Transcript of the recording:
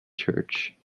church